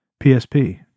psp